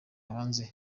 hanze